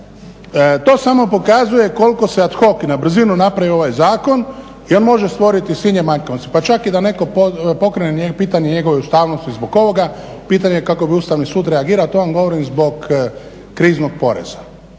to samo pokazuj koliko se ad hoc i na brzinu napravio ovaj zakon i on može stvoriti … pa čak i da netko pokrene pitanje njegove ustavnosti zbog ovoga pitanje je kako bi Ustavni sud reagirao. To vam govorim zbog kriznog poreza.